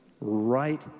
right